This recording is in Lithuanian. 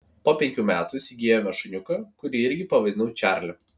po penkių metų įsigijome šuniuką kurį irgi pavadinau čarliu